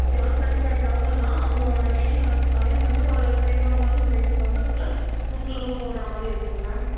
okay ma'am thirty five தௌசண்ட்னால் உங்களோடய aim வந்து எயிம்லேருந்து ஒரு twenty one thousand twenty two தௌசண்ட்குள்ள உங்களுக்கு லோன் போட்ற மாதிரி இருக்கும் மேம்